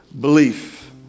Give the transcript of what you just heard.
belief